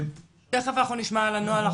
תכף אנחנו נשמע על הנוהל.